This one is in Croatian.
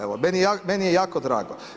Evo meni je jako drago.